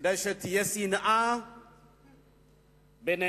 כדי שתהיה שנאה בינינו.